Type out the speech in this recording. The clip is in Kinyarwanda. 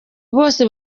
bose